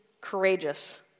courageous